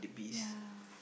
ya